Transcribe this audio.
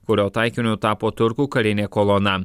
kurio taikiniu tapo turkų karinė kolona